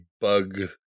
bug